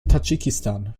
tadschikistan